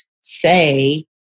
say